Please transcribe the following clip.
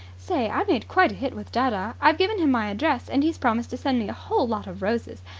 say, i made quite a hit with dadda. i've given him my address, and he's promised to send me a whole lot of roses.